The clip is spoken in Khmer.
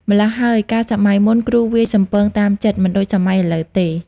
ម៉្លោះហើយ កាលសម័យមុនគ្រូវាយសំពងតាមចិត្ត មិនដូចសម័យឥឡូវទេ។